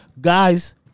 guys